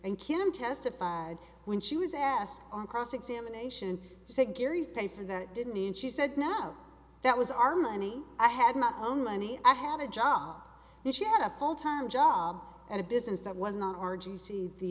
and kim testified when she was asked on cross examination sigil you pay for that didn't and she said now that was our money i had my own money i had a job and she had a full time job and a business that was not